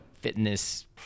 fitness